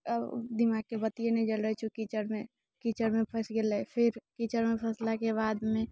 दिमागके बत्तिए नहि जलैत छौ कीचड़मे कीचड़मे फँसि गेलै फिर कीचड़मे फँसलाके बादमे